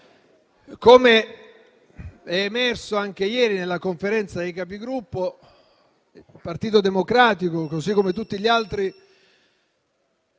Com'è emerso anche ieri nella Conferenza dei Capigruppo, il Partito Democratico, così come tutti gli altri